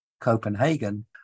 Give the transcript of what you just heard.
copenhagen